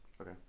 Okay